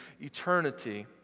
eternity